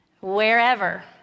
wherever